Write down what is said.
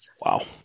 Wow